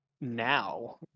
now